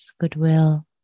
goodwill